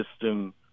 system